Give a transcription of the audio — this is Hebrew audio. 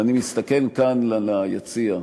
ואני מסתכל כאן, ליציע,